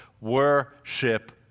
worship